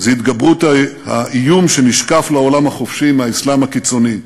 היא התגברות האיום שנשקף לעולם החופשי מהאסלאם הקיצוני,